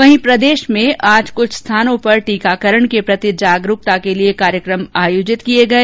वहीं प्रदेश में आज कुछ स्थानों पर टीकाकरण के प्रति जागरूकता के लिए कार्यक्रम आयोजित किये गये